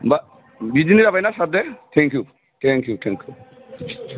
होनबा बिदिनो जाबाय ना सार दे थेंकिउ थेंकिउ थेंकिउ